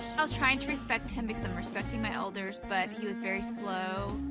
i was trying to respect him, because i'm respecting my elders, but he was very slow.